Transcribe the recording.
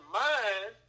mind